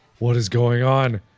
what is going on?